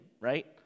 right